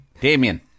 Damien